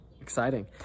Exciting